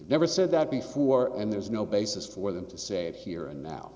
never said that before and there's no basis for them to say here and now